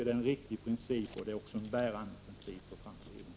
Det är en riktig och en bärande princip för framtiden.